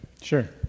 Sure